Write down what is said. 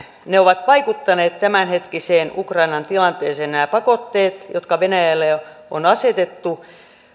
ne ovat vaikuttaneet tämänhetkiseen ukrainan tilanteeseen nämä pakotteet jotka venäjälle on asetettu